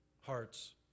hearts